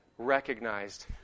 recognized